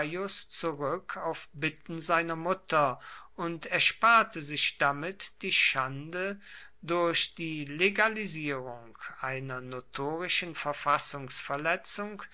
zurück auf bitten seiner mutter und ersparte sich damit die schande durch die legalisierung einer notorischen